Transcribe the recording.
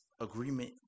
agreement